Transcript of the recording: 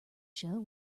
show